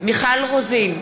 מיכל רוזין,